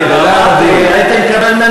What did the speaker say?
בלהט הדיון.